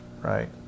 right